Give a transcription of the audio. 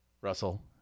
Russell